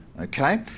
Okay